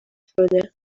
شده